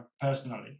personally